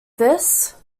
this